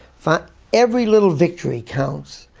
but every little victory counts.